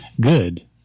good